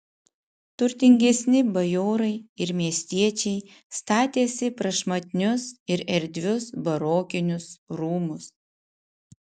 turtingesni bajorai ir miestiečiai statėsi prašmatnius ir erdvius barokinius rūmus